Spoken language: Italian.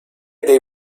dei